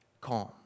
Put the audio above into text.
calm